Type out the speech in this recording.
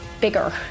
bigger